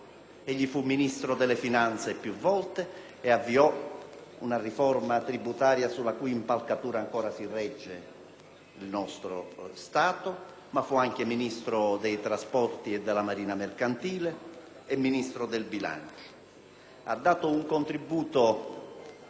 volte Ministro delle finanze ed avviò una riforma tributaria, sulla cui impalcatura ancora si regge il nostro Stato, ma fu anche Ministro dei trasporti e della marina mercantile e Ministro del bilancio.